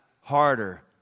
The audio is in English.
harder